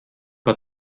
hat